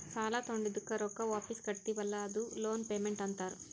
ಸಾಲಾ ತೊಂಡಿದ್ದುಕ್ ರೊಕ್ಕಾ ವಾಪಿಸ್ ಕಟ್ಟತಿವಿ ಅಲ್ಲಾ ಅದೂ ಲೋನ್ ಪೇಮೆಂಟ್ ಅಂತಾರ್